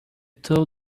tool